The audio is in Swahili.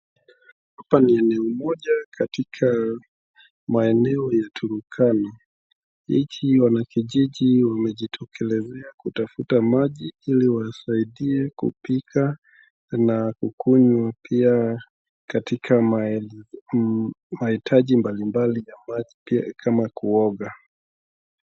Hapa ni eneo moja katika maeneo ya Turkana. Hichi wanakijiji wamejitokelezea kutafuta maji ili wasaidie kupika na kukunywa, pia katika mahitaji mbalimbali ya maji kama kuoga.